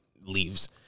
Leaves